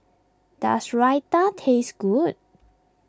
does Raita taste good